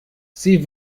sie